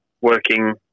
working